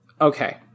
okay